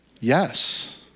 Yes